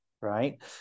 Right